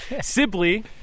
Sibley